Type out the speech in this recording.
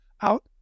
out